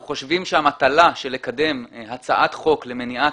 אנחנו חושבים שהמטלה של לקדם הצעת חוק למניעת